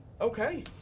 Okay